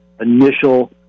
initial